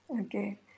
Okay